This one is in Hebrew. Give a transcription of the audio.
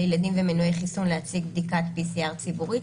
לילדים ומנועי חיסון להציג בדיקת PCR ציבורית,